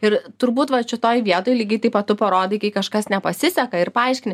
ir turbūt vat šitoj vietoj lygiai taip pat tu parodai kai kažkas nepasiseka ir paaiškini